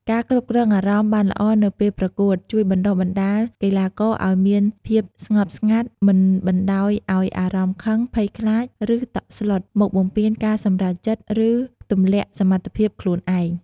ការគ្រប់គ្រងអារម្មណ៍បានល្អនៅពេលប្រកួត ជួយបណ្ដុះបណ្ដាលកីឡាករឲ្យមានភាពស្ងប់ស្ងាត់ មិនបណ្តោយឲ្យអារម្មណ៍ខឹង ភ័យខ្លាច ឬតក់ស្លុត មកបំពានការសម្រេចចិត្ត ឬទម្លាក់សមត្ថភាពខ្លួនឯង។